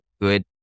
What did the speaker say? good